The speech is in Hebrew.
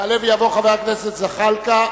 יעלה ויבוא חבר הכנסת זחאלקה.